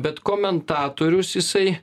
bet komentatorius jisai